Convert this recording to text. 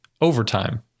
overtime